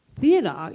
theatre